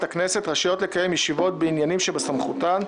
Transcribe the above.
הכנסת רשאיות לקיים ישיבות בעניינים שבסמכותן,